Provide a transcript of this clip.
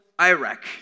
Iraq